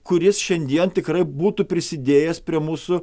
kuris šiandien tikrai būtų prisidėjęs prie mūsų